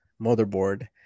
Motherboard